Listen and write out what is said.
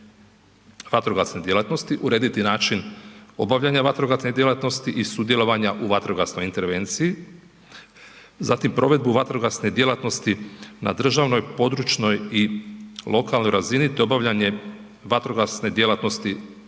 vatrogasne djelatnosti, urediti način obavljanja vatrogasne djelatnosti i sudjelovanja u vatrogasnoj intervenciji. Zatim provedbu vatrogasne djelatnosti na državnoj, područnoj i lokalnoj razini te obavljanje vatrogasne djelatnosti